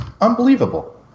unbelievable